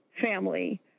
family